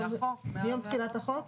מיום תחילת החוק?